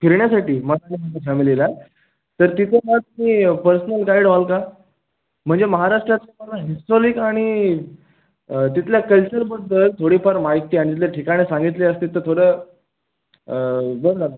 फिरण्यासाठी मला आणि माझ्या फॅमिलीला तर तुम्ही पर्सनल गाईड व्हाल का म्हणजे महाराष्ट्रात आम्हाला हिस्टॉलिक आणि तिथल्या कल्चरबद्दल थोडीफार माहिती आणि तिथले ठिकाणं सांगितले असते तर थोडं बरं झालं असतं